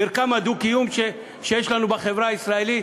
מרקם הדו-קיום שיש לנו בחברה הישראלית?